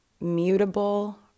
mutable